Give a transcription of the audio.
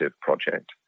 project